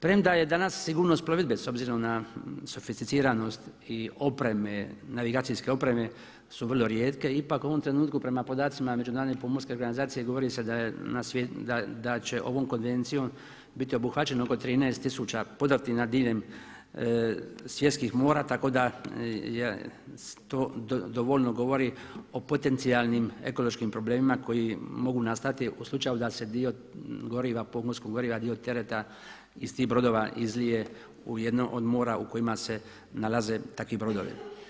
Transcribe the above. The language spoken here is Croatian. Premda je danas sigurnost plovidbe s obzirom na sofisticiranost i opreme, navigacijske opreme su vrlo rijetke, ipak u ovom trenutku prema podacima Međunarodne pomorske organizacije govori se da će ovom Konvencijom biti obuhvaćeno oko 13 tisuća podrtina diljem svjetskih mora tako da to dovoljno govori o potencijalnim ekološkim problemima koji mogu nastati u slučaju da se dio goriva, pomorskog goriva, dio tereta iz tih brodova izlije u jedno od mora u kojima se nalaze takvi brodovi.